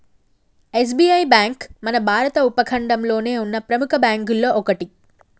SBI bank మన భారత ఉపఖండంలోనే ఉన్న ప్రెముఖ బ్యేంకుల్లో ఒకటి